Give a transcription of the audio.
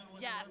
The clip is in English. Yes